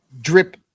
drip